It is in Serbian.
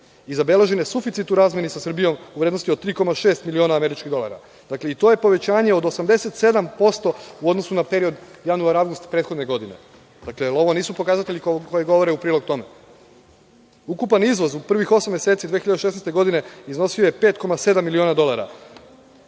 i zabeležen je suficit sa Srbijom u vrednosti od 3,6 miliona američkih dolara i to je povećanje od 87% u odnosu na period januar avgust prethodne godine. Da li ovo nisu pokazatelji koji govore u prilog tome? Ukupan izvoz za prvih osam meseci 2016. godine iznosio je 5,7 miliona dolara,